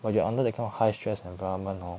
but you're under that kind of high stress environment hor